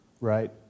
Right